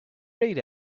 read